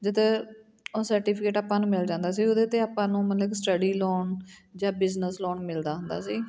ਜਦੋਂ ਉਹ ਸਰਟੀਫਿਕੇਟ ਆਪਾਂ ਨੂੰ ਮਿਲ ਜਾਂਦਾ ਸੀ ਉਹਦੇ 'ਤੇ ਆਪਾਂ ਨੂੰ ਮਤਲਬ ਕਿ ਸਟੱਡੀ ਲੋਨ ਜਾਂ ਬਿਜ਼ਨਸ ਲੋਨ ਮਿਲਦਾ ਹੁੰਦਾ ਸੀ